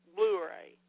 Blu-ray